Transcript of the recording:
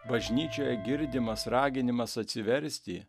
bažnyčioje girdimas raginimas atsiversti